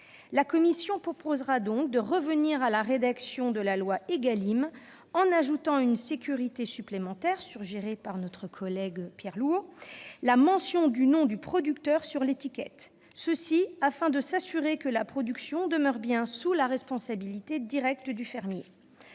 La commission proposera de revenir à la rédaction issue de la loi Égalim en ajoutant une sécurité supplémentaire, suggérée par notre collègue Pierre Louault, la mention du nom du producteur sur l'étiquette, afin de s'assurer que la production demeure bien sous la responsabilité directe du fermier.